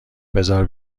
بزار